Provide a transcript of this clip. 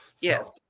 yes